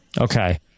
Okay